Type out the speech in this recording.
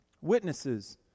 Witnesses